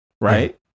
right